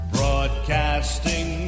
Broadcasting